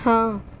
ਹਾਂ